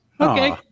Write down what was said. Okay